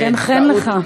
חן-חן לך.